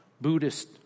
Buddhist